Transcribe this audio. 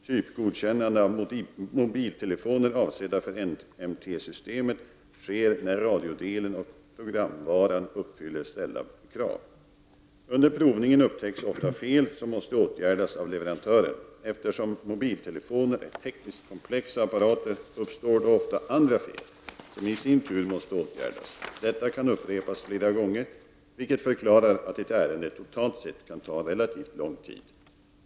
Typgodkännade av mobiltelefoner avsedda för NMT-systemet sker när radiodelen och programvaran uppfyller ställda krav. Under provningen upptäcks ofta fel som måste åtgärdas av leverantören. Eftersom mobiltelefoner är tekniskt komplexa apparater uppstår då ofta andra fel som i sin tur måste åtgärdas. Detta kan upprepas flera gånger, vilket förklarar att ett ärende totalt sett kan ta relativt lång tid.